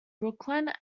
brooklyn